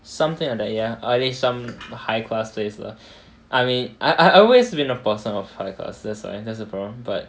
something like that ya I mean some high class place lah I mean I I've always been a person of high class that's why that's a problem but